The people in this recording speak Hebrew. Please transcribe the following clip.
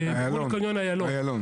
זה מול קניון איילון.